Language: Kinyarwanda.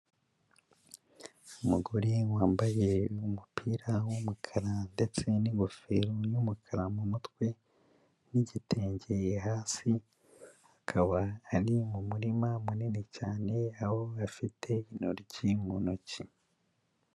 Umugore wambaye umupira w'umukara ndetse n'ingofero y' yumukara mu mutwe n'igitenge hasi, akaba ari mu murima munini cyane, aho afite intoryi mu ntoki.